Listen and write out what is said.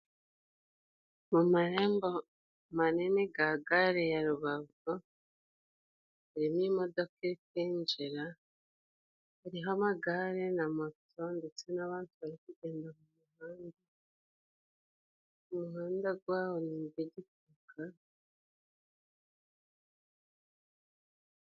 mu marembo manini ga gare ya Rubavu harimo imodoka iri kwinjira, iriho amagare na mato ndetse n'abantu bari kugenda ku ruhande. Umuhanda gwaho ni igitaka...